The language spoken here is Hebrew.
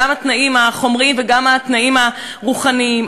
גם התנאים החומריים וגם התנאים הרוחניים.